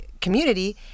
community